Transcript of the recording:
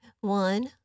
one